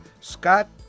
Scott